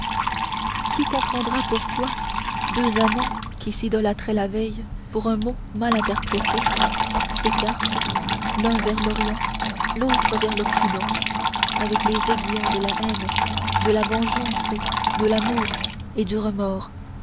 qui comprendra pourquoi deux amants qui s'idolâtraient la veille pour un mot mal interprété s'écartent l'un vers l'orient l'autre vers l'occident avec les aiguillons de la haine de la vengeance de l'amour et du remords